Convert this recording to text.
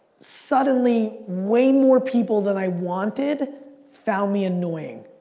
suddenly way more people than i wanted found me annoying.